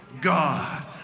God